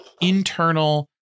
internal